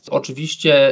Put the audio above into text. oczywiście